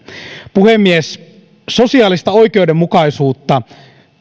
puhemies sosiaalista oikeudenmukaisuutta